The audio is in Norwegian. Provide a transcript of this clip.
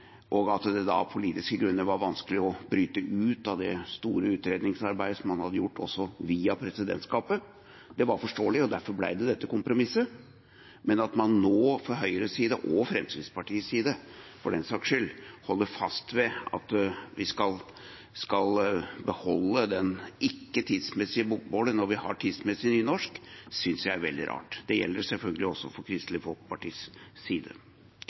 og at det av politiske grunner var vanskelig å bryte ut av det store utredningsarbeidet han hadde gjort via presidentskapet. Det var forståelig, og derfor ble det dette kompromisset. Men at man nå fra Høyres side – og også fra Fremskrittspartiets side, for den saks skyld – holder fast ved at vi skal beholde det ikke tidsmessige bokmålet når vi har et tidsmessig nynorsk, synes jeg er veldig rart. Det gjelder selvfølgelig også for Kristelig